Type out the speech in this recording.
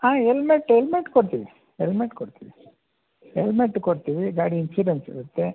ಹಾಂ helmet helmet ಕೊಡ್ತೀವಿ helmet ಕೊಡ್ತೀವಿ ಹೆಲ್ಮೆಟ್ ಕೊಡ್ತೀವಿ ಗಾಡಿ ಇನ್ಸೂರೆನ್ಸ್ ಇರುತ್ತೆ